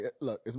look